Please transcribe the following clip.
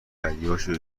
بدیهاشو